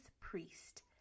priest